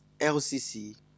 LCC